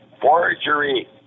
Forgery